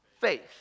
faith